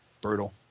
brutal